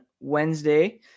Wednesday